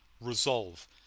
resolve